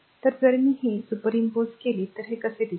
तर जर मी हे सुपरइम्पोज केले तर ते कसे दिसते